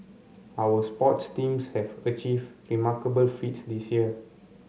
our sports teams have achieved remarkable feats this year